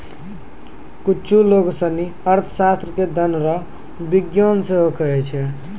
कुच्छु लोग सनी अर्थशास्त्र के धन रो विज्ञान सेहो कहै छै